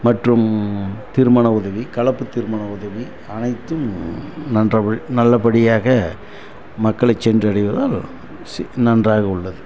மற்றும் திருமண உதவி கலப்புத்திருமண உதவி அனைத்தும் நன்றவள் நல்லபடியாக மக்களை சென்றடைவதால் சி நன்றாக உள்ளது